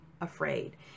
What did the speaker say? afraid